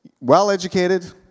well-educated